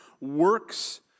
works